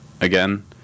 again